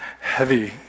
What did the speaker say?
heavy